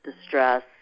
distress